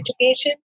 education